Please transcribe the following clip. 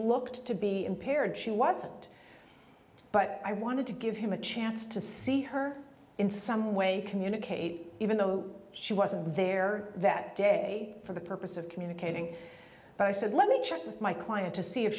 looked to be impaired she wasn't but i wanted to give him a chance to see her in some way communicate even though she wasn't there that day for the purpose of communicating but i said let me check with my client to see if